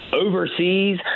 overseas